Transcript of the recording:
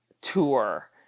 tour